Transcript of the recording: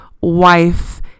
wife